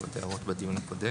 בעקבות הערות שניתנו בדיון הקודם.